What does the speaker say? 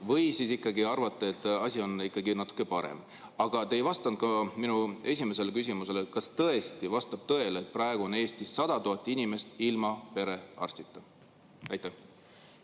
Või arvate, et asi on ikkagi natuke parem? Ja te ei vastanud minu esimesele küsimusele: kas tõesti vastab tõele, et praegu on Eestis 100 000 inimest ilma perearstita? Aitäh!